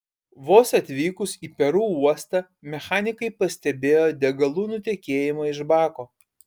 vos atvykus į peru uostą mechanikai pastebėjo degalų nutekėjimą iš bako